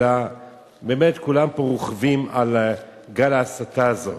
אלא באמת כולם פה רוכבים על גל ההסתה הזה.